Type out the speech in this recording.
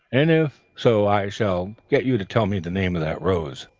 and if so i shall get you to tell me the name of that rose.